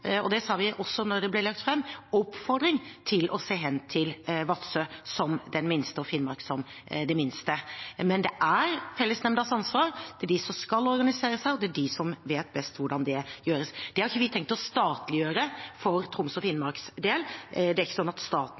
å se hen til Vadsø som den minste og Finnmark som den minste – det sa vi også da det ble lagt fram. Men det er fellesnemndas ansvar. Det er de som skal organisere seg, og som vet best hvordan det gjøres. Det har vi ikke tenkt å statliggjøre for Troms og Finnmarks del. Det er ikke slik at staten